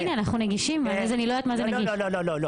לא, לא.